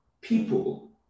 people